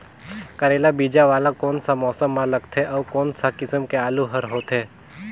करेला बीजा वाला कोन सा मौसम म लगथे अउ कोन सा किसम के आलू हर होथे?